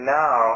now